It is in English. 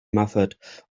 method